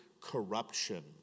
corruption